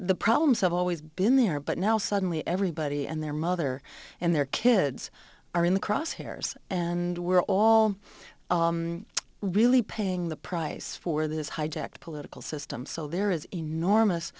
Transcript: the problems have always been there but now suddenly everybody and their mother and their kids are in the crosshairs and we're all really paying the price for this hijacked political system so there is enormous